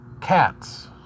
cats